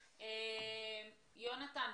קבעה יעדים בכוח אדם.